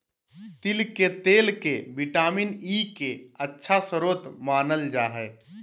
तिल के तेल के विटामिन ई के अच्छा स्रोत मानल जा हइ